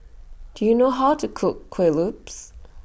Do YOU know How to Cook Kuih Lopes